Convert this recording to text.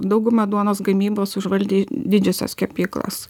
daugumą duonos gamybos užvaldė didžiosios kepyklos